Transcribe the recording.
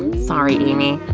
sorry, amy.